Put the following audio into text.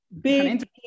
big